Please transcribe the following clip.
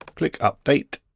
click update.